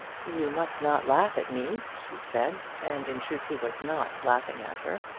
you must not laugh at me, she said and in truth he was not laughing at her.